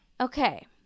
okay